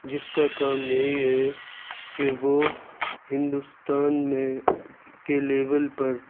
جس کا کام یہی ہے کہ وہ ہندوستان میں کے لیول پر